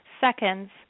seconds